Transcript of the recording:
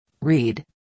read